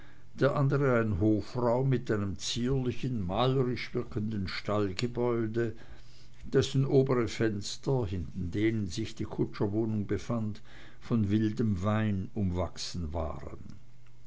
der andre ein hofraum mit einem zierlichen malerisch wirkenden stallgebäude dessen obere fenster hinter denen sich die kutscherwohnung befand von wildem wein umwachsen waren